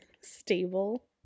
stable